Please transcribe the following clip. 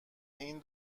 این